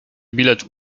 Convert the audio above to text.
bilet